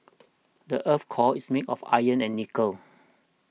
the earth's core is made of iron and nickel